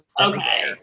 Okay